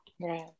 Right